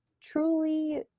truly